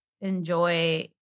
enjoy